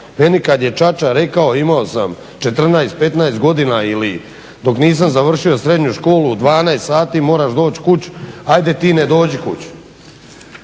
Meni kad je čača rekao, imao sam četrnaest petnaest godina ili dok nisam završio srednju školu, u dvanaest sati moraš doći kući! Ajde ti ne dođi kući!